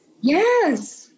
Yes